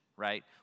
Right